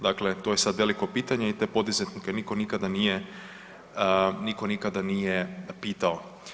Dakle, to je sad veliko pitanje i te poduzetnike nitko nikada nije, nitko nikada nije pitao.